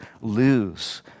lose